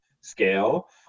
scale